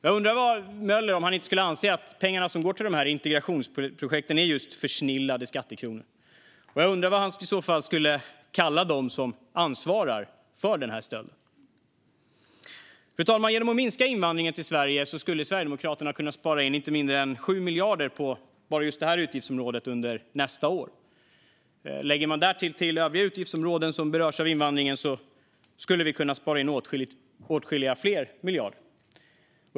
Jag undrar om inte Möller skulle anse att pengarna som går till dessa integrationsprojekt är just försnillade skattekronor. Jag undrar vad han i så fall skulle kalla dem som ansvarar för den stölden. Fru talman! Genom att minska invandringen till Sverige skulle Sverigedemokraterna kunna spara inte mindre än 7 miljarder på bara detta utgiftsområde under nästa år. Lägger man till övriga utgiftsområden som berörs av invandringen skulle vi kunna spara åtskilliga fler miljarder.